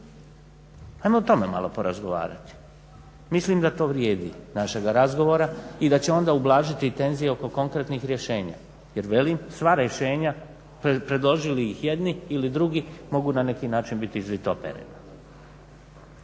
Hajmo o tome malo porazgovarati. Mislim da to vrijedi našega razgovora i da će onda ublažiti i tenzije oko konkretnih rješenja. Jer velim sva rješenja predložili ih jedni ili drugi mogu na neki način biti izvitopereni.